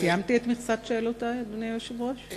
סיימתי את מכסת שאלותי, אדוני היושב-ראש?